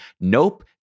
nope